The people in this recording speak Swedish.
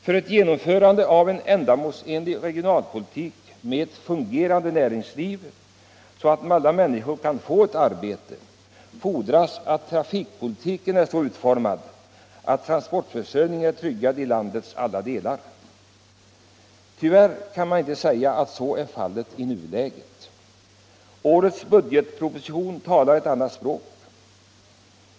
För ett genomförande av en ändamålsenlig regionalpolitik, med ett fungerande näringsliv så att alla människor kan få ett arbete, fordras att trafikpolitiken är så utformad att transportförsörjningen är tryggad i landets alla delar. Tyvärr kan man inte säga att så är fallet i nuläget. Årets budgetproposition talar ett annat språk.